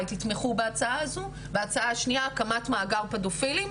יתמכו בהצעה הזו וההצעה השנייה הקמת מאגר פדופילים,